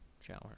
shower